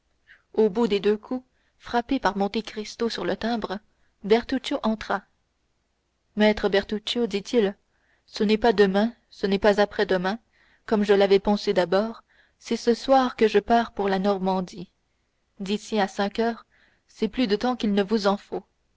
au bruit des deux coups frappés par monte cristo sur le timbre bertuccio entra maître bertuccio dit-il ce n'est pas demain ce n'est pas après-demain comme je l'avais pensé d'abord c'est ce soir que je pars pour la normandie d'ici à cinq heures c'est plus de temps qu'il ne vous en faut